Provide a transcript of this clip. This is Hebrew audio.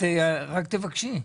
רק תבקשי.